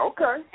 Okay